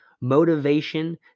motivation